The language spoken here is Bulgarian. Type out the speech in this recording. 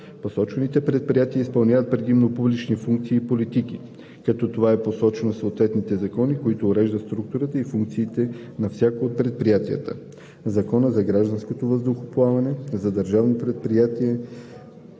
Посочените предприятия изпълняват предимно публични функции и политики, като това е посочено в съответните закони, които уреждат структурата и функциите на всяко от предприятията – Законът за гражданското въздухоплаване за Държавното предприятие